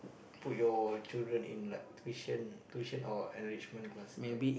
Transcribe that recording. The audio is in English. put your children in like tuition tuition or enrichment class I